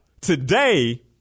today